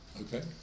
okay